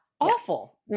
Awful